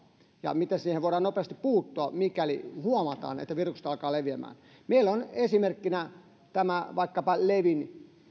ja miten siihen voidaan nopeasti puuttua mikäli huomataan että virukset alkavat leviämään meillä on esimerkkinä vaikkapa tämä levin